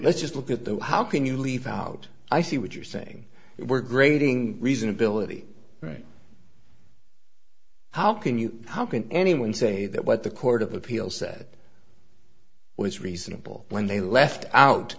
let's just look at the how can you leave out i see what you're saying we're grading reasonability right how can you how can anyone say that what the court of appeal said was reasonable when they left out